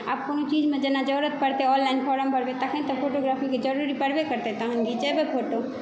आब कोनो चीजमे जेना जरूरत परतय ऑनलाइन फॉर्म भरय तखन तऽ फोटोग्राफीक जरूरी परबै करतै तहन घींचेबय फोटो